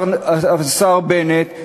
השר בנט,